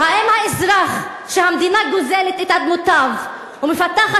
האם האזרח שהמדינה גוזלת את אדמותיו ומפתחת